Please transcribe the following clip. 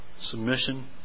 Submission